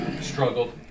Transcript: Struggled